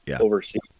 overseas